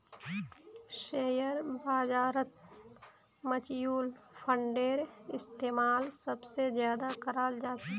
share बाजारत mutual फंडेर इस्तेमाल सबसे ज्यादा कराल जा छे